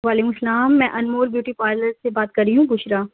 وعلیکم السّلام میں انمول بیوٹی پارلر سے بات کر رہی ہوں بشرا